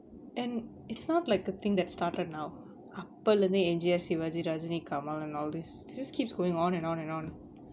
and it's not like a thing that started now அப்பலிருந்தே:appalirunthae MGR sivaji rajini kamal why doesn't it come out and all this it just keeps going on and on and on